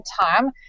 time